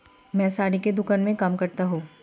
मैं साड़ी की दुकान में काम करता हूं